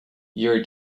yuri